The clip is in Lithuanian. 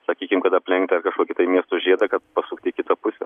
sakykim kad aplink tą kažkokį tai miesto žiedą kad pasukti į kitą pusę